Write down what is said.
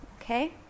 okay